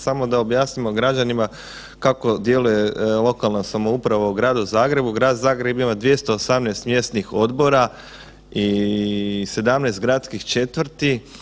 Samo da objavimo građanima kako djeluje lokalna samouprava u Gradu Zagrebu, Grad Zagreb ima 218 mjesnih odbora i 17 gradskih četvrti.